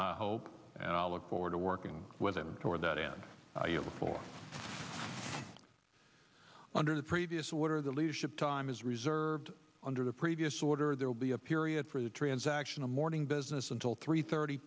my hope and i look forward to working with him toward that end before under the previous order the leadership time is reserved under the previous order there will be a period for the transaction of morning business until three thirty